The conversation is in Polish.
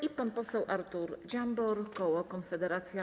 I pan poseł Artur Dziambor, koło Konfederacja.